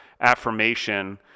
affirmation